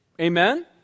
amen